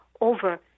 over